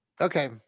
Okay